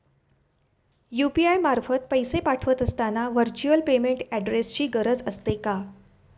UPI मार्फत पैसे पाठवत असताना व्हर्च्युअल पेमेंट ऍड्रेसची गरज असते का?